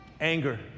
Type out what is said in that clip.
anger